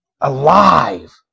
alive